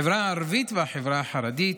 החברה הערבית והחברה החרדית,